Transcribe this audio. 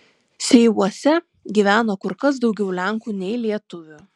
seivuose gyveno kur kas daugiau lenkų nei lietuvių